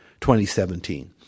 2017